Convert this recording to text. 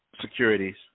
securities